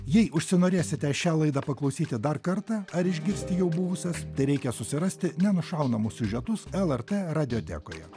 jei užsinorėsite šią laidą paklausyti dar kartą ar išgirsti jau buvusias tereikia susirasti nenušaunamus siužetus lrt radiotekoje